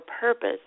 purpose